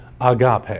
agape